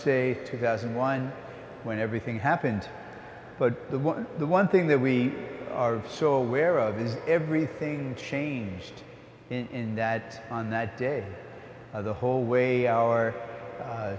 say two thousand and one when everything happened but the one thing that we are so aware of is everything changed in that on that day the whole way our